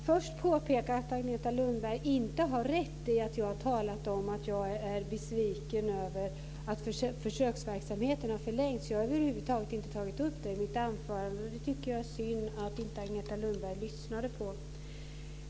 Fru talman! Jag vill först påpeka att Agneta Lundberg inte har rätt i att jag har talat om att jag är besviken över att försöksverksamheten har förlängts. Jag har över huvud taget inte tagit upp det i mitt anförande. Jag tycker att det är synd att Agneta Lundberg inte lyssnade på det.